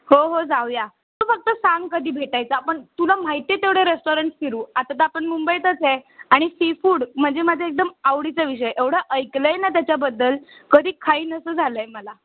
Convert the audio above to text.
हो हो जाऊया तू फक्त सांग कधी भेटायचं आपण तुला माहिती आहे तेवढे रेस्टॉरंट फिरू आता तर आपण मुंबईतच आहे आणि सीफूड म्हणजे माझं एकदम आवडीचा विषय एवढं ऐकलं आहे ना त्याच्याबद्दल कधी खाईन असं झालं आहे मला